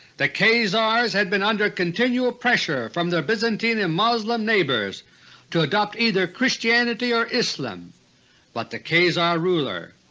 the khazars had been under continual pressure from their byzantine and moslem neighbors to adopt either christianity or islam but the khazar ruler,